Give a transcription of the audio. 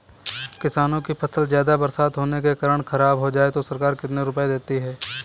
किसानों की फसल ज्यादा बरसात होने के कारण खराब हो जाए तो सरकार कितने रुपये देती है?